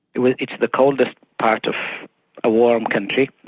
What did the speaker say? it's the coldest part of a warm country,